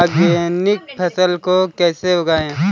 Organic फसल को कैसे उगाएँ?